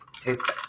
taste